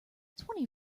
twenty